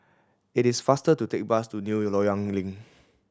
it is faster to take bus to New Loyang Link